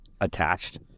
attached